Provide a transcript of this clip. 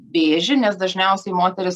vėžį nes dažniausiai moterys